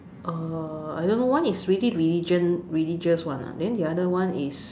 uh I don't know one is really religion religious one lah then the other one is